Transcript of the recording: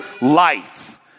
life